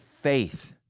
faith